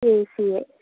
ఏసీయే